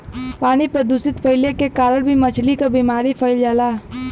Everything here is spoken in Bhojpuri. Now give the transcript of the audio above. पानी प्रदूषित भइले के कारण भी मछली क बीमारी फइल जाला